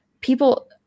people